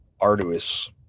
arduous